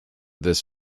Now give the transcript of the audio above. this